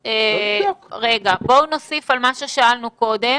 על מה ששאלנו קודם